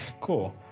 Cool